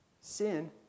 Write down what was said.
sin